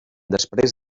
després